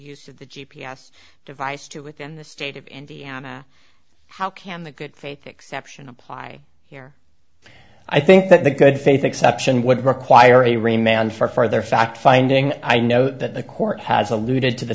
use of the g p s device to within the state of indiana how can the good faith exception apply here i think that the good faith exception would require a remained for further fact finding i know that the court has alluded to the